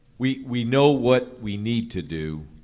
we we know what we need to do.